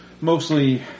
mostly